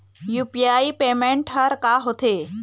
UPI payment हर का होते?